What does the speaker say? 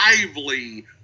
lively